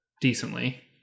decently